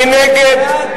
מי נגד?